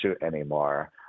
anymore